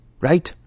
right